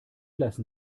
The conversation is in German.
lassen